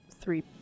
three